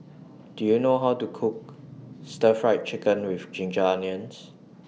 Do YOU know How to Cook Stir Fried Chicken with Ginger Onions